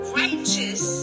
righteous